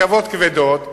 וברכבות כבדות,